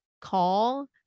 call